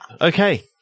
Okay